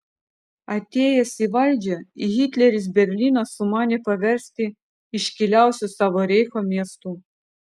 atėjęs į valdžią hitleris berlyną sumanė paversti iškiliausiu savo reicho miestu